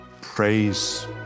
Praise